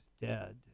dead